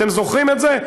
אתם זוכרים את זה?